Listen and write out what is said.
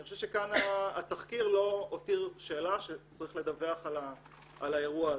אני חושב שכאן התחקיר לא הותיר שאלה שצריך לדווח על האירוע הזה.